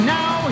now